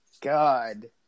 God